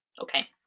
Okay